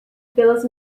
pelas